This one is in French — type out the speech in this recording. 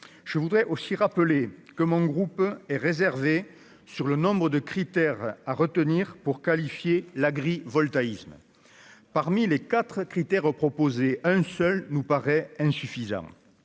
je voudrais aussi rappeler que mon groupe est réservé sur le nombre de critères à retenir pour qualifier l'agrivoltaïsme parmi les 4 critères proposés un seul nous paraît insuffisant,